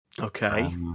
Okay